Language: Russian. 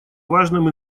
важным